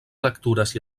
lectures